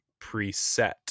preset